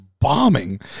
bombing